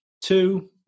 two